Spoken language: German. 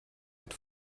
und